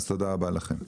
אז תודה רבה לכם.